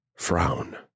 Frown